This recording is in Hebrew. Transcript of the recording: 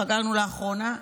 חגגנו לאחרונה,